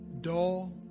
dull